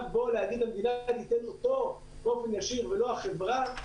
להגיד למדינה לתת אותו באופן ישיר ולא החברה,